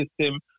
system